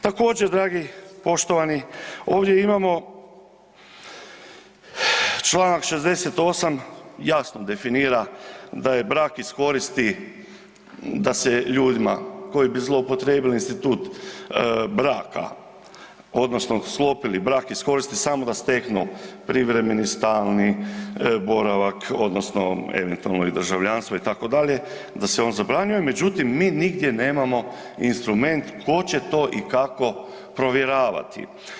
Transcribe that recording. Također dragi, poštovani, ovdje imamo Članak 68. jasno definira da je brak iz koristi da se ljudima koji bi zloupotrijebili institut braka odnosno sklopili brak iz koristi samo da steknu privremeni stalni boravak odnosno eventualno i državljanstvo da se on zabranjuje, međutim mi nigdje nemamo instrument tko će to i kako provjeravati.